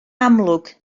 amlwg